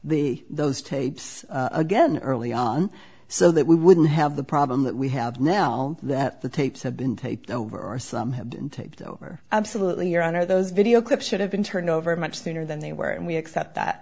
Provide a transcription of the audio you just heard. the those tapes again early on so that we wouldn't have the problem that we have now that the tapes have been taken over or some have to absolutely your honor those videoclip should have been turned over much sooner than they were and we are except that